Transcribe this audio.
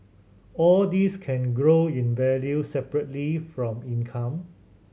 all these can grow in value separately from income